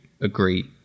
agree